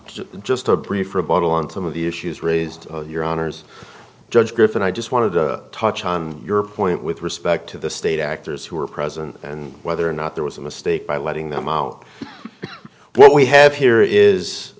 counsel just a brief rebuttal on some of the issues raised your honour's judge griffin i just wanted to touch on your point with respect to the state actors who were present and whether or not there was a mistake by letting them out what we have here is